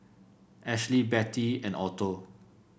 Ashlie Betty and Otho